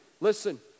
listen